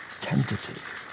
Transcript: tentative